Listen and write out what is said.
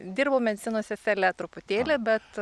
dirbau medicinos sesele truputėlį bet